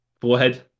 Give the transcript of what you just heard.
forehead